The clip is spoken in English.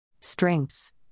Strengths